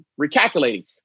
recalculating